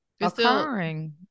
occurring